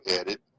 added